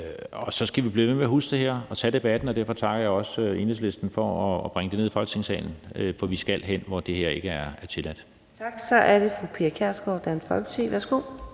og så skal vi blive ved med at huske det her og tage debatten. Derfor takker jeg også Enhedslisten for at bringe det ned i Folketingssalen. For vi skal derhen, hvor det her ikke er tilladt. Kl. 15:12 Fjerde næstformand (Karina